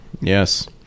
Yes